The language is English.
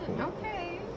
okay